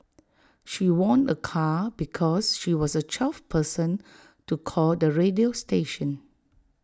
she won A car because she was the twelfth person to call the radio station